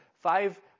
five